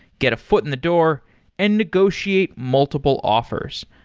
get a foot in the door and negotiate multiple offers.